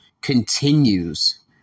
continues